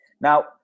Now